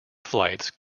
flights